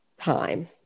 time